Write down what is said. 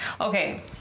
Okay